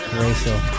racial